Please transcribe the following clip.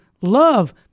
love